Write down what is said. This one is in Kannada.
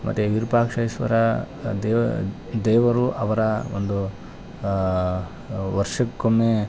ಮತ್ತು ವಿರುಪಾಕ್ಷೇಶ್ವರ ದೇವ ದೇವರು ಅವರ ಒಂದು ವರ್ಷಕ್ಕೊಮ್ಮೆ